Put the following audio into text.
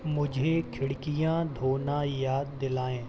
मुझे खिड़कियां धोना याद दिलाएँ